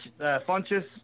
Funches